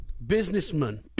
businessman